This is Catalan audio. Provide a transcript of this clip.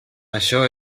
això